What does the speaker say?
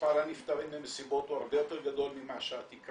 - שמספר הנפטרים ממסיבות הוא הרבה יותר גדול ממה שהקראת,